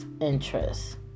interest